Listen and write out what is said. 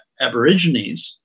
Aborigines